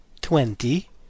Twenty